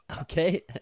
Okay